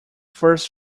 first